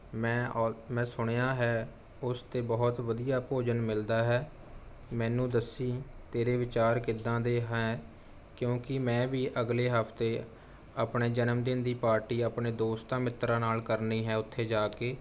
ਮੈਂ ਔਰ ਮੈਂ ਸੁਣਿਆ ਹੈ ਉਸ 'ਤੇ ਬਹੁਤ ਵਧੀਆ ਭੋਜਨ ਮਿਲਦਾ ਹੈ ਮੈਨੂੰ ਦੱਸੀਂ ਤੇਰੇ ਵਿਚਾਰ ਕਿੱਦਾਂ ਦੇ ਹੈ ਕਿਉਂਕਿ ਮੈਂ ਵੀ ਅਗਲੇ ਹਫ਼ਤੇ ਆਪਣੇ ਜਨਮ ਦਿਨ ਦੀ ਪਾਰਟੀ ਆਪਣੇ ਦੋਸਤਾਂ ਮਿੱਤਰਾਂ ਨਾਲ ਕਰਨੀ ਹੈ ਉੱਥੇ ਜਾ ਕੇ